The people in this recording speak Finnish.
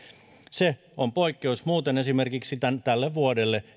se on poikkeus muuten esimerkiksi tälle vuodelle